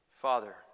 Father